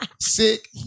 sick